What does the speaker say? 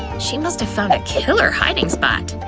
she must've found a killer hiding spot.